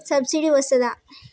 Subsidy వస్తదా?